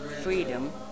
Freedom